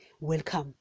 welcome